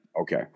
Okay